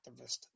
activist